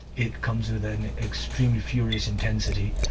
it comes with an extremely furious intensity,